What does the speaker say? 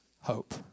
hope